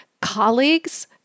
colleagues